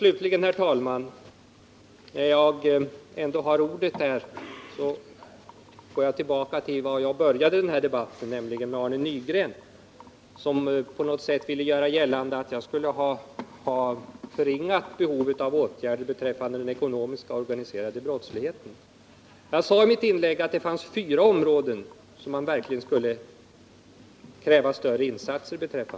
Slutligen, herr talman, vill jag medan jag ändå har ordet gå tillbaka till vad jag började med i denna debatt och säga till Arne Nygren, som ville göra gällande att jag på något sätt skulle ha förringat behovet av åtgärder beträffande den ekonomiska och organiserade brottsligheten, att jag i mitt inlägg framhöll att det finns fyra områden där man verkligen skulle kräva större insatser.